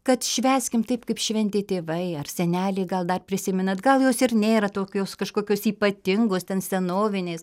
kad švęskim taip kaip šventė tėvai ar seneliai gal dar prisimenat gal jos ir nėra tokios kažkokios ypatingos ten senovinės